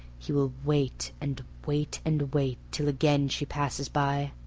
he will wait and wait and wait, till again she passes by.